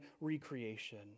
recreation